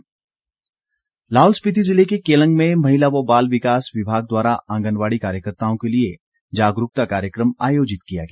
जागरूकता कार्यक्रम लाहौल स्पिति जिले के केलंग में महिला व बाल विकास विभाग द्वारा आंगनबाड़ी कार्यकर्ताओं के लिए जागरूकता कार्यक्रम आयोजित किया गया